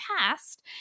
past